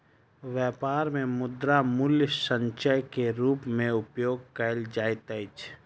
व्यापार मे मुद्रा मूल्य संचय के रूप मे उपयोग कयल जाइत अछि